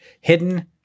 hidden